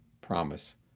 promise